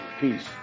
peace